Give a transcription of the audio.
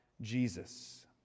Jesus